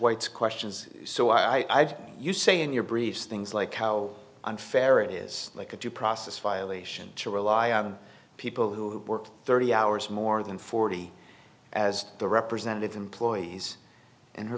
white's questions so i didn't you say in your briefs things like how unfair it is like a due process violation to rely on people who work thirty hours more than forty as the representative employees and her